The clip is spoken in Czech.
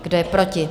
Kdo je proti?